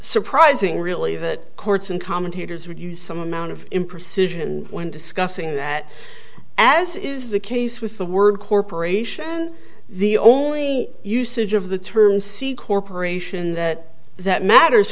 surprising really that courts and commentators would use some amount of imprecision when discussing that as is the case with the word corporation the only usage of the term c corporation that that matters